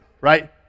right